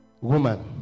Woman